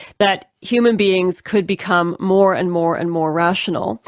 that human beings could become more and more and more rational.